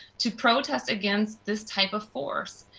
to protest against this type of force.